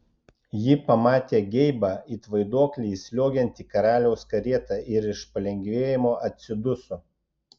ji pamatė geibą it vaiduoklį įsliuogiant į karaliaus karietą ir iš palengvėjimo atsiduso